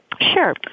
Sure